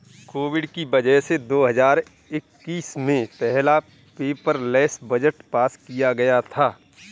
Covid की वजह से दो हजार इक्कीस में पहला पेपरलैस बजट पास किया गया था